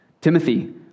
Timothy